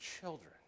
children